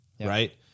right